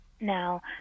now